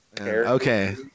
Okay